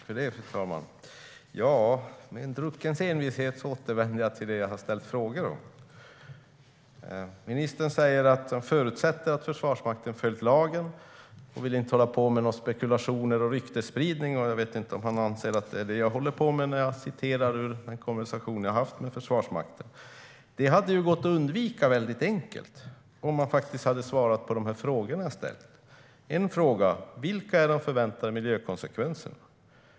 Fru talman! Med en druckens envishet återvänder jag till det som jag har ställt frågor om. Ministern förutsätter att Försvarsmakten har följt lagen och vill inte hålla på med spekulationer eller ryktesspridning. Jag vet inte om han anser att det är det som jag håller på med när jag citerar från den konversation som jag har haft med Försvarsmakten. Det hade varit enkelt att undvika, om han hade svarat på de frågor som jag har ställt. En fråga är: Vilka är de förväntade miljökonsekvenserna?